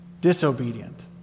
disobedient